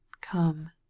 Come